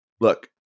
Look